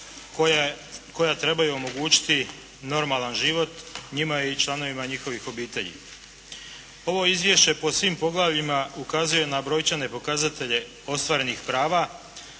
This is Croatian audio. koja trebaju omogućiti normalan život njima i članovima njihovih obitelji. Ovo izvješće po svim poglavljima ukazuje na brojčane pokazatelje ostvarenih prava,